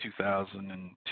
2002